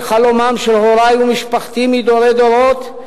שהיא חלומם של הורי ושל משפחתי מדורי דורות,